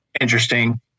interesting